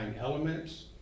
elements